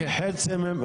חצי ממנו.